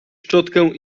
szczotkę